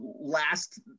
last